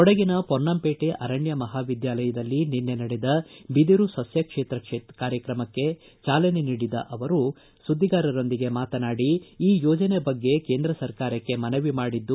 ಕೊಡಗಿನ ಪೊನ್ನಂಪೇಟೆ ಅರಣ್ಯ ಮಹಾವಿದ್ಯಾಲಯದಲ್ಲಿ ನಿನ್ನೆ ನಡೆದ ಬಿದಿರು ಸಸ್ಯ ಕ್ಷೇತ್ರ ಕಾರ್ಯಕ್ರಮಕ್ಕೆ ಚಾಲನೆ ನೀಡಿದ ನಂತರ ಸುದ್ದಿಗಾರರೊಂದಿಗೆ ಮಾತನಾಡಿದ ಅವರು ಈ ಯೋಜನೆ ಬಗ್ಗೆ ಕೇಂದ್ರ ಸರ್ಕಾರಕ್ಕೆ ಮನವಿ ಮಾಡಿದ್ದು